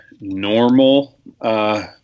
normal